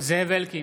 זאב אלקין,